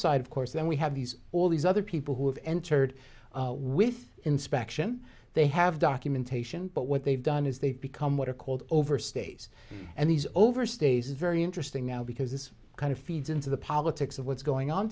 side of course then we have these all these other people who have entered with inspection they have documentation but what they've done is they've become what are called overstays and these overstays is very interesting now because this kind of feeds into the politics of what's going on